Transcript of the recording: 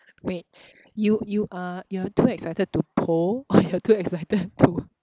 wait you you are you are too excited to poll or you're too excited to